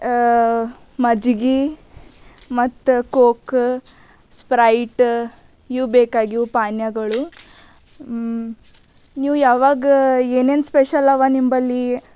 ಮಜ್ಜಿಗೆ ಮತ್ತು Coke Sprite ಇವು ಬೇಕಾಗ್ಯವ ಇವು ಪಾನೀಯಗಳು ನೀವು ಯಾವಾಗ ಏನೇನು ಸ್ಪೆಷಲ್ ಅವ ನಿಂಬಲ್ಲಿ